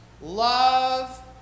Love